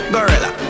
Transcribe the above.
Gorilla